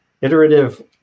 iterative